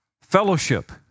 Fellowship